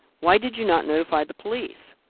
why did you not notify the police?